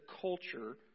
culture